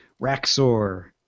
Raxor